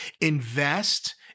Invest